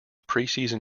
preseason